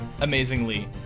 amazingly